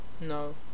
No